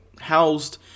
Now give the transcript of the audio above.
housed